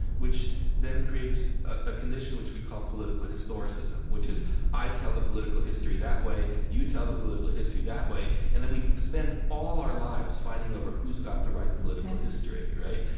which then creates a condition which we call political historicism, which is i tell the political history that way, you tell the political history that way, and then we spend all our lives fighting over who's got the right political history ok right.